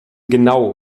genau